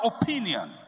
opinion